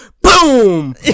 Boom